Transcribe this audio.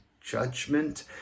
judgment